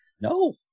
No